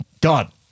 Done